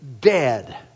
dead